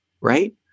right